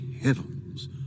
heavens